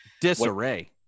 Disarray